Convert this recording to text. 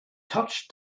touched